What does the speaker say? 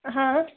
ହଁ